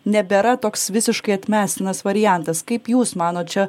nebėra toks visiškai atmestinas variantas kaip jūs manot čia